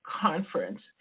conference